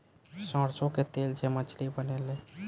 सरसों के तेल से मछली बनेले